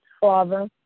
Father